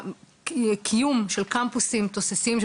קיום של קמפוסים תוססים,